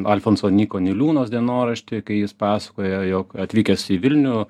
alfonso nyko niliūno dienoraštį kai jis pasakojo jog atvykęs į vilnių